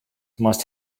must